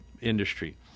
industry